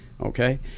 Okay